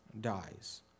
dies